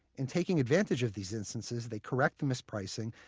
in taking advantage of these instances they correct the mispricing,